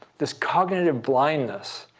this cognitive blindness.